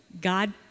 God